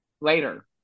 later